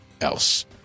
else